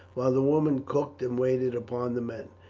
while the women cooked and waited upon the men.